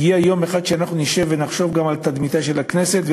הגיע היום שאנחנו נשב ונחשוב גם על תדמיתה של הכנסת.